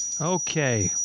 Okay